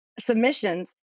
submissions